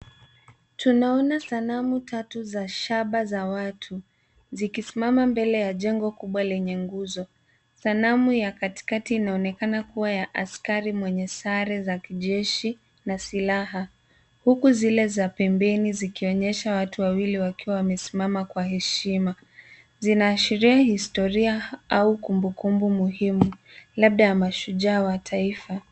Tunaona sanamu tatu za shaba za watu zikisimama mbele ya ya jengo kubwa lenye nguzo. Sanamu ya katikati inaonekana kuwa ya askari mwenye sare za kijeshi na silaha, huku zile za pembeni zikionyesha watu wawili wakiwa wamesimama kwa heshima. Zinaashiria historia au kumbukumbu muhimu labda ya mashujaa wa taifa.